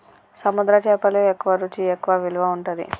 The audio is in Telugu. సముద్ర చేపలు ఎక్కువ రుచి ఎక్కువ విలువ ఉంటది